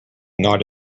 not